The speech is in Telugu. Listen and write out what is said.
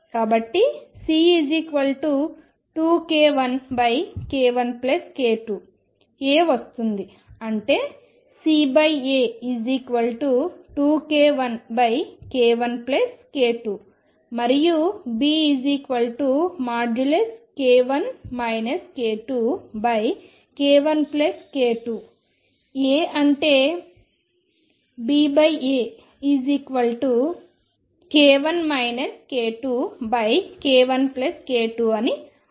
కాబట్టి C 2k1k1k2 A వస్తుంది అంటే CA2k1k1k2 మరియు B k1 k2k1k2 A అంటే BAk1 k2k1k2 అని అర్థం అవుతుంది